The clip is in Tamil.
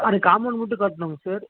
அது காம்பவுண்ட் மட்டும் கட்டணுங்க சார்